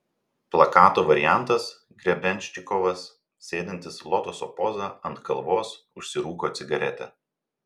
plakato variantas grebenščikovas sėdintis lotoso poza ant kalvos užsirūko cigaretę